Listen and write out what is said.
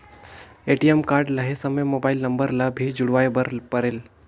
ATM card लहे समय mobile number ला भी जुड़वाए बर परेल?